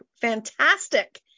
Fantastic